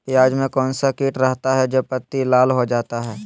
प्याज में कौन सा किट रहता है? जो पत्ती लाल हो जाता हैं